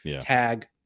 tag